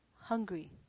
Hungry